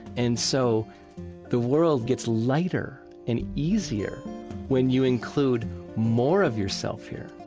and so the world gets lighter and easier when you include more of yourself here